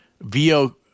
VO